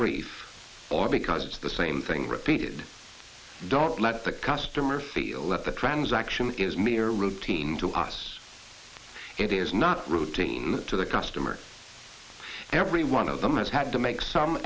brief or because it's the same thing repeated don't let the customer feel that the transaction is mere routine to us it is not routine to the customer every one of them has had to make some